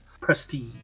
Prestige